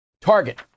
Target